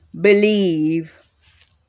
believe